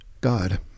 god